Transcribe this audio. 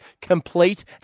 Complete